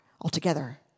altogether